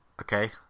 okay